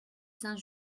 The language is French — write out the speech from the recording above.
saint